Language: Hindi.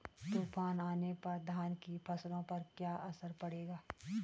तूफान आने पर धान की फसलों पर क्या असर पड़ेगा?